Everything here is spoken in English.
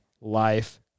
life